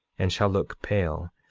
and shall look pale,